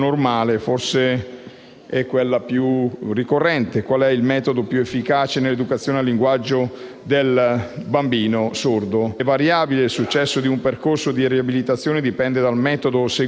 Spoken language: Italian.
qual è il metodo più efficace nell'educazione al linguaggio del bambino sordo. Sono molte le variabili: il successo di un percorso di riabilitazione potrebbe dipendere dal metodo seguito, ma ogni bambino è unico ed è diverso.